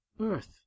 Earth